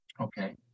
Okay